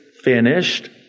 finished